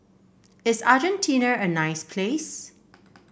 is Argentina a nice place